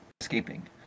escaping